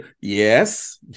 yes